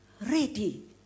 ready